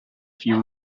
few